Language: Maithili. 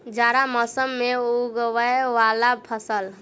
जाड़ा मौसम मे उगवय वला फसल?